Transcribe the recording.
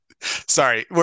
sorry